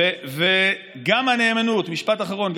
משפט אחרון.